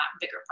bigger